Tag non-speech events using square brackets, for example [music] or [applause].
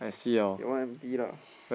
[noise] your one empty lah